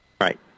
Right